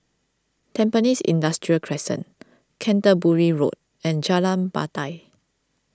Tampines Industrial Crescent Canterbury Road and Jalan Batai